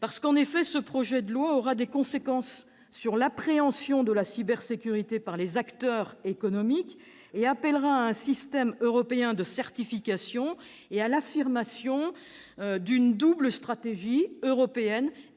avec attention. Ce projet de loi aura des conséquences sur l'appréhension de la cybersécurité par les acteurs économiques et appellera à un système européen de certification et à l'affirmation d'une double stratégie,